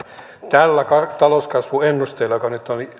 tällä talouskasvuennusteella joka nyt on